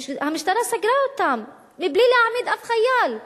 המשטרה סגרה אותם מבלי להעמיד אף חייל לדין.